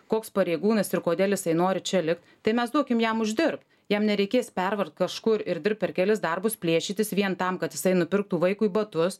koks pareigūnas ir kodėl jisai nori čia likt tai mes duokim jam uždirb jam nereikės pervargt kažkur ir dirbt per kelis darbus plėšytis vien tam kad jisai nupirktų vaikui batus